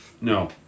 No